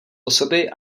osoby